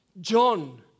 John